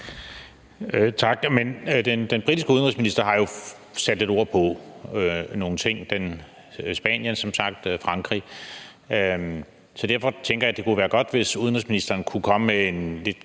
Tak. Men den britiske udenrigsminister har jo sat lidt ord på nogle ting, Spanien har som sagt også, og Frankrig. Så derfor tænker jeg, det kunne være godt, hvis udenrigsministeren kunne komme med en lidt